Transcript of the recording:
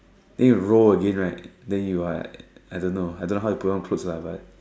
then you roll again right then you're at I don't know I don't know how you put on clothes on lah but